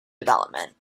development